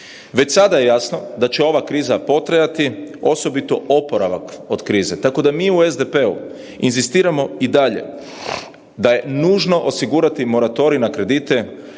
Već sada je jasno da će ova kriza potrajati, osobito oporavak od krize, tako da mi u SDP-u inzistiramo i dalje da je nužno osigurati moratorij na kredite